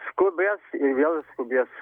skubės ir vėl skubės